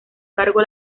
cargo